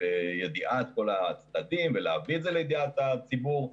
בידיעת כל הצדדים ולהביא את זה לידיעת הציבור.